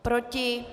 Proti?